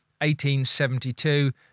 1872